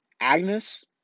Agnes